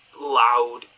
loud